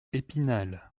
épinal